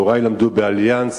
הורי למדו ב"אליאנס"